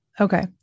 Okay